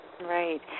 Right